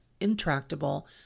intractable